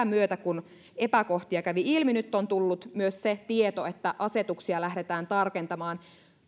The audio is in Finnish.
myötä kun epäkohtia kävi ilmi nyt on tullut myös se tieto että asetuksia lähdetään tarkentamaan